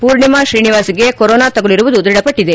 ಪೂರ್ಣಿಮಾ ಶ್ರೀನಿವಾಸ್ಗೆ ಕೊರೊನಾ ತಗುಲಿರುವುದು ದ್ಫಢಪಟ್ಟಿದೆ